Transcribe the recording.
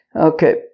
Okay